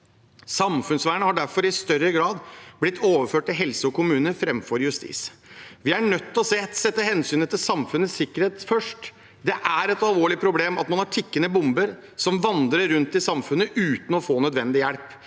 Samfunnsvernet har derfor i større grad blitt overført til helse- og kommunesektoren framfor justissektoren. Vi er nødt til å sette hensynet til samfunnets sikkerhet først. Det er et alvorlig problem at man har tikkende bomber som vandrer rundt i samfunnet uten å få nødvendig hjelp.